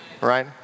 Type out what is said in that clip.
Right